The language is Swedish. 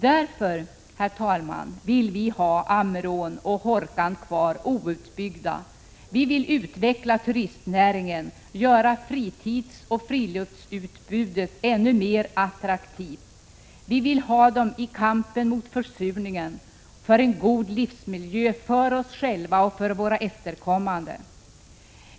Därför, herr talman, vill vi ha Ammerån och Hårkan kvar outbyggda. Vi vill utveckla turistnäringen och göra fritidsoch friluftsutbudet ännu mera attraktivt. Vi vill, som sagt, ha kvar Ammerån och Hårkan med tanke på kampen mot försurningen och för en god livsmiljö för oss själva och våra efterkommande.